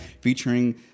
featuring